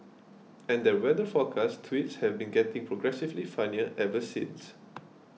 and their weather forecast tweets have been getting progressively funnier ever since